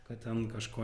kad ten kažko